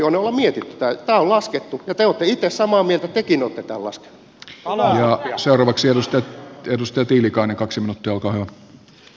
tämä on laskettu ja te olette itse samaa mieltä tekin olette tämän laskeneet